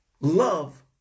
love